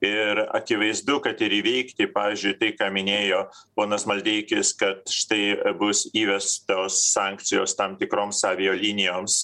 ir akivaizdu kad ir įveikti pavyzdžiui tai ką minėjo ponas maldeikis kad štai bus įvestos sankcijos tam tikroms avialinijoms